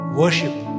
worship